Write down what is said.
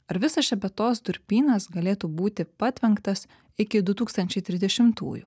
ar visas šepetos durpynas galėtų būti patvenktas iki du tūkstančiai trsidešimtųjų